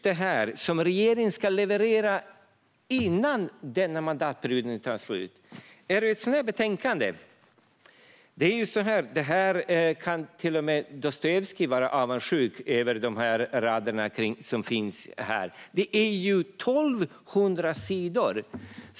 Det regeringen ska leverera innan mandatperioden tar slut är ett betänkande likt det jag håller upp nu. Dessa rader hade till och med Dostojevskij kunnat vara avundsjuk på. Här finns 1 200 sidor.